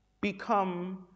become